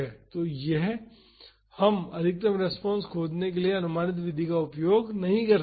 तो हम अधिकतम रेस्पॉन्स खोजने के लिए अनुमानित विधि का उपयोग नहीं कर सकते हैं